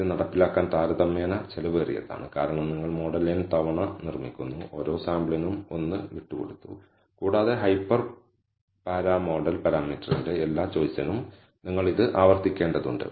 ഇത് നടപ്പിലാക്കാൻ താരതമ്യേന ചെലവേറിയതാണ് കാരണം നിങ്ങൾ മോഡൽ n തവണ നിർമ്മിക്കുന്നു ഓരോ സാമ്പിളിനും ഒന്ന് വിട്ടുകൊടുത്തു കൂടാതെ ഹൈപ്പർ പാരാ മോഡൽ പാരാമീറ്ററിന്റെ എല്ലാ ചോയിസിനും നിങ്ങൾ ഇത് ആവർത്തിക്കേണ്ടതുണ്ട്